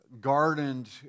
gardened